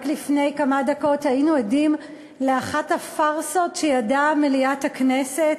רק לפני כמה דקות היינו עדים לאחת הפארסות שידעה מליאת הכנסת.